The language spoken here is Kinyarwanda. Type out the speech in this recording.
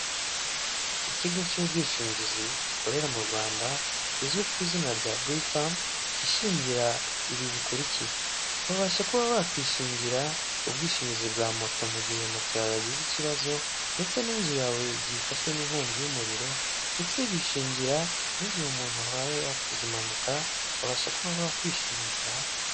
ikigo cy'ubwishingizi gikorera mu Rwanda kizwi ku izina rya biritamu, kishingira ibi bikurikira, wabasha kuba wakishingira ubwishingizi bwa moto mu gihe moto yawe yagize ikibazo, ndetse n'inzu yawe igihe ifashwe n'inkongi y'umuriro, ndetse bishingira n'igihe umuntu abaye yakoze impanuka babasha kuba bakwishingira.